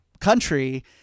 country